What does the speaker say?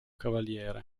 cavaliere